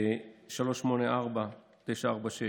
384946